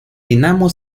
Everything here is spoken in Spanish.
dinamo